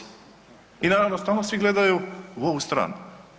I naravno stalno svi gledaju u ovu stranu.